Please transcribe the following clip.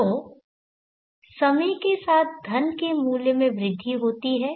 तो समय के साथ धन के मूल्य में वृद्धि होती है